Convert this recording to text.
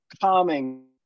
calming